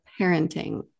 parenting